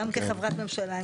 גם כחברת ממשלה,